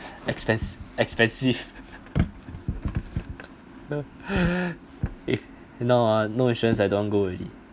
expens~ expensive if now ah no insurance I don't want go already